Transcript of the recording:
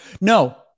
No